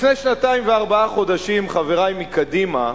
לפני שנתיים וארבעה חודשים, חברי מקדימה,